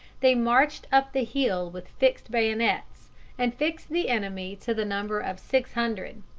they marched up the hill with fixed bayonets and fixed the enemy to the number of six hundred.